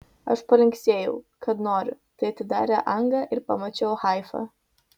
aš palinksėjau kad noriu tai atidarė angą ir pamačiau haifą